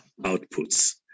outputs